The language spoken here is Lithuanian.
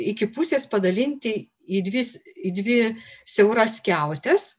iki pusės padalinti į dvi s į dvi siauras skiautes